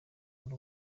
ari